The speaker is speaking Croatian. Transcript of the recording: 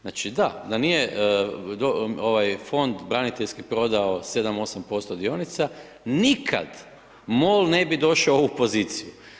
Znači da, da nije fond braniteljski prodao 7,8% dionica nikad MOL ne bi došao u poziciju.